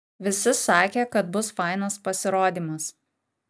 visi sakė kad bus fainas pasirodymas